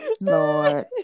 Lord